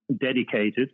dedicated